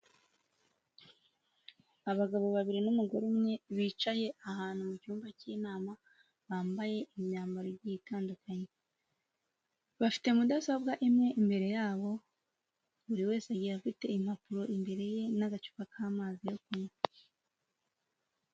Abagabo babiri n'umugore umwe, bicaye ahantu mu cyumba cy'inama bambaye imyambaro igiye itandukanye, bafite mudasobwa imwe imbere yabo buri wese agiye afite impapuro imbere ye n'agacupa k'amazi yo kunywa.